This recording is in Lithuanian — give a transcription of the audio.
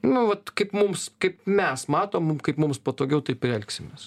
nu vat kaip mums kaip mes matom kaip mums patogiau taip ir elgsimės